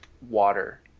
water